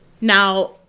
Now